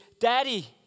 Daddy